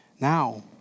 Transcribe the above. Now